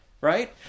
right